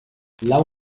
lau